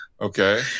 okay